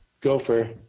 gopher